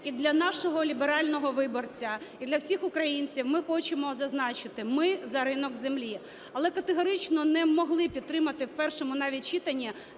І для нашого ліберального виборця, і для всіх українців ми хочемо зазначити: ми за ринок землі. Але категорично не могли підтримати в першому, навіть, читанні